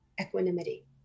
equanimity